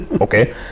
Okay